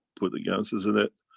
put the ganses in it,